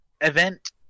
event